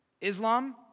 Islam